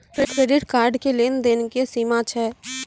Credit card के लेन देन के की सीमा छै?